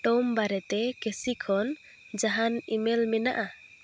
ᱴᱚᱢ ᱵᱟᱨᱮᱛᱮ ᱠᱮ ᱥᱤ ᱠᱷᱚᱱ ᱡᱟᱦᱟᱱᱟ ᱤᱼᱢᱮᱞ ᱢᱮᱱᱟᱜᱼᱟ